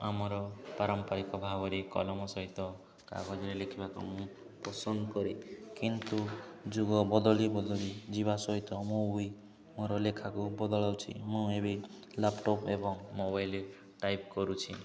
ଆମର ପାରମ୍ପାରିକ ଭାବରେ କଲମ ସହିତ କାଗଜରେ ଲେଖିବାକୁ ମୁଁ ପସନ୍ଦ କରେ କିନ୍ତୁ ଯୁଗ ବଦଳି ବଦଳି ଯିବା ସହିତ ମୁଁ ବି ମୋର ଲେଖାକୁ ବଦଳଉଛି ମୁଁ ଏବେ ଲ୍ୟାପଟପ୍ ଏବଂ ମୋବାଇଲ ଟାଇପ୍ କରୁଛି